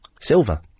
Silver